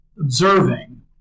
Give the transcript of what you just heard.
observing